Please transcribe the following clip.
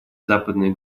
западные